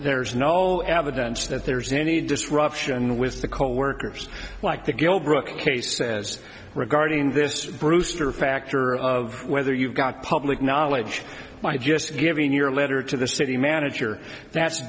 there's no evidence that there's any disruption with the coworkers like that go brooke case says regarding this brewster factor of whether you've got public knowledge by just giving your letter to the city manager that's